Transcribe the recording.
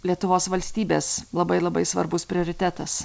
lietuvos valstybės labai labai svarbus prioritetas